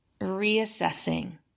reassessing